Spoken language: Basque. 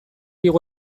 igo